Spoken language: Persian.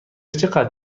چقدر